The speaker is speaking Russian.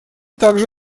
также